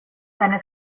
seine